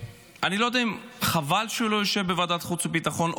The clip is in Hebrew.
אני לא יודע אם חבל שהוא לא יושב בוועדת החוץ והביטחון,